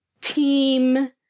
team